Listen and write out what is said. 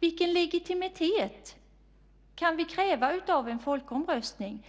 Vilken legitimitet kan vi kräva av en folkomröstning?